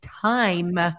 time